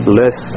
less